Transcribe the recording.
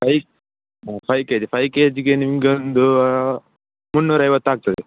five ಹಾಂ five kg five ಕೆಜಿಗೆ ನಿಮಗೊಂದೂ ಮುನ್ನೂರ ಐವತ್ತು ಆಗ್ತದೆ